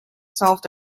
solved